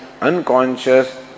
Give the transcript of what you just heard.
unconscious